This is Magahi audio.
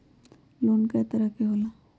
लोन कय तरह के होला?